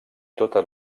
totes